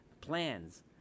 plans